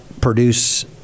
produce